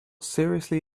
seriously